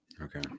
Okay